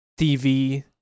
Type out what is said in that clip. TV